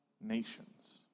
Nations